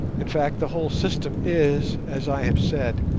in fact the whole system is, as i have said,